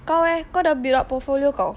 kau eh kau dah build up portfolio kau